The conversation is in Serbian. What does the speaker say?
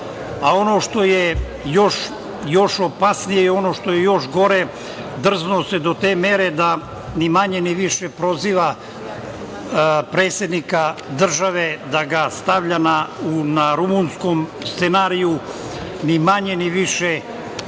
i ono što je još opasnije i ono što je još gore, drznuo se do te mere da ni manje ni više proziva predsednika države, da ga stavlja na rumunski scenarijo, ni manje ni više, za